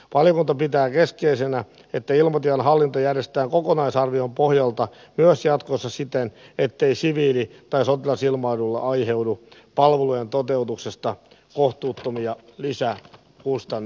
valiokunta pitää keskeisenä että ilmatilan hallinta järjestetään kokonaisarvion pohjalta myös jatkossa siten ettei siviili tai sotilasilmailulle aiheudu palvelujen toteutuksesta kohtuuttomia lisäkustannuksia